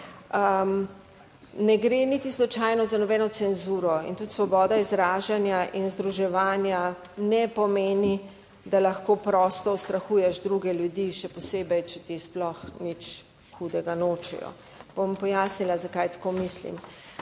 Ne gre niti slučajno za nobeno cenzuro in tudi svoboda izražanja in združevanja ne pomeni, da lahko prosto ustrahuješ druge ljudi, še posebej, če ti sploh nič hudega nočejo. Bom pojasnila, zakaj tako mislim.